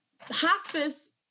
hospice